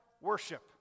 worship